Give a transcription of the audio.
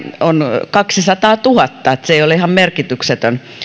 on kaksisataatuhatta niin että se ei ole ihan merkityksetön